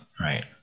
right